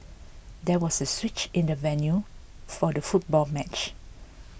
there was a switch in the venue for the football match